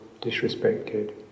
disrespected